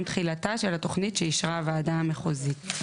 תחילתה של התוכנית שאישרה הוועדה המחוזית.